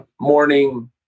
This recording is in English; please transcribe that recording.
morning